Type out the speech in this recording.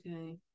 Okay